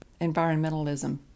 environmentalism